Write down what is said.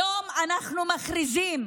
היום אנחנו מכריזים